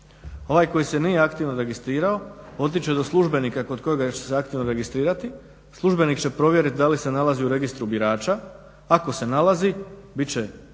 Ovaj koji se nije aktivno registrirao otići će do službenika kod kojeg će se aktivno registrirati, službenik će provjeriti da li se nalazi u registru birača, ako se nalazi bit će